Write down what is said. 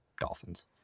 dolphins